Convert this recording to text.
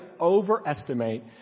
overestimate